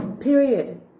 period